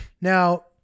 Now